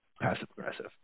passive-aggressive